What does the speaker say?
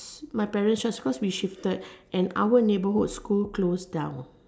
my parents just cause we shifted and our neighbourhood school closed down